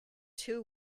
two